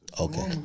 Okay